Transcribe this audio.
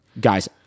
guys